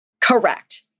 correct